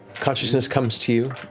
consciousness comes to you.